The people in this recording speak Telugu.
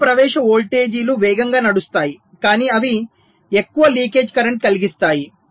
తక్కువ ప్రవేశ వోల్టేజీలు వేగంగా నడుస్తాయి కాని అవి ఎక్కువ లీకేజ్ కరెంట్ కలిగిస్తాయి